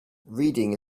reading